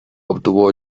obtuvo